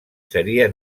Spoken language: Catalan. seria